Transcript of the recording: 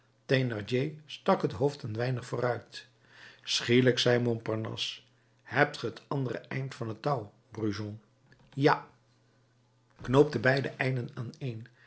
stak het hoofd een weinig vooruit schielijk zei montparnasse hebt ge t andere eind van het touw brujon ja knoop de beide einden aaneen